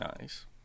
Nice